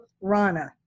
Rana